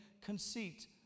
conceit